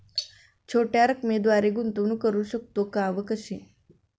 छोट्या रकमेद्वारे गुंतवणूक करू शकतो का व कशी?